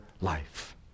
life